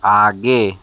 आगे